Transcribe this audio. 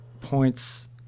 points